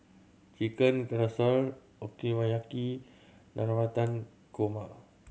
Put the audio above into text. Chicken Casserole Okonomiyaki Navratan Korma